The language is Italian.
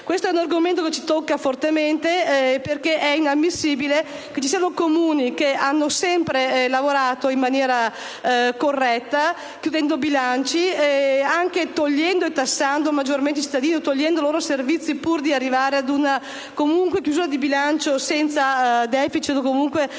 Questo è un argomento che ci tocca fortemente, perché è inammissibile che ci siano Comuni che hanno sempre lavorato in maniera corretta, anche tassando maggiormente i cittadini o togliendo loro alcuni servizi pur di arrivare ad una chiusura di bilancio senza*deficit* (o comunque evitando